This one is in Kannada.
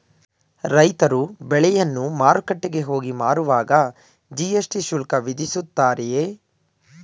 ರೈತರು ಬೆಳೆಯನ್ನು ಮಾರುಕಟ್ಟೆಗೆ ಹೋಗಿ ಮಾರುವಾಗ ಜಿ.ಎಸ್.ಟಿ ಶುಲ್ಕ ವಿಧಿಸುತ್ತಾರೆಯೇ?